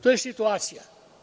To je situacija.